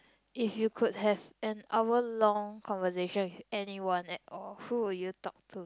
if you could have an hour long conversation with anyone at all who would you talk to